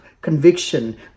conviction